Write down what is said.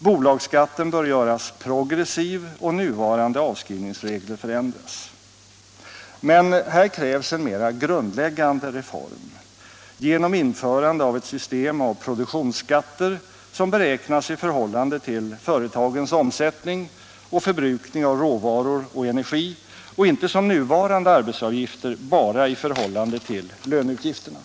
Bolagsskatten bör göras progressiv och nuvarande avskrivningsregler förändras. Men här krävs en mera grundläggande reform genom införande av ett system av produktionsskatter som beräknas i förhållande till företagens om Nr 88 sättning och förbrukning av råvaror och energi inte som nuvarande ar Onsdagen den betsgivaravgifter bara i förhållande till löneutgifterna.